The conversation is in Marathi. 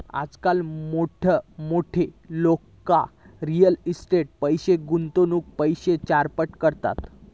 आजकाल मोठमोठी लोका रियल इस्टेटीट पैशे गुंतवान पैशे चारपट करतत